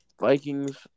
Vikings